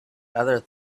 other